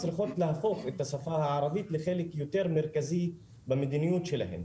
צריכים להפוך את השפה הערבית לחלק יותר מרכזי במדיניות שלהם.